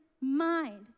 mind